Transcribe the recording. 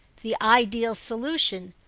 the ideal solution,